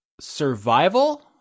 survival